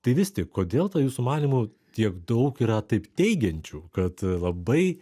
tai vis tik kodėl ta jūsų manymu tiek daug yra taip teigiančių kad labai